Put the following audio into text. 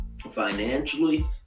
financially